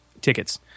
tickets